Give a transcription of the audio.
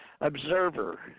observer